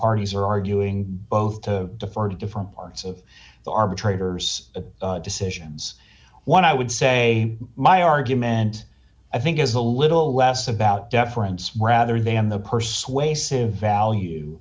parties are arguing both to the far different parts of the arbitrators decisions what i would say my argument i think is a little less about deference rather than the persuasive value